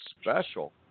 special